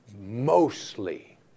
mostly